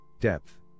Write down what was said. depth